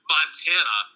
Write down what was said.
Montana